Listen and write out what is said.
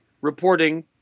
reporting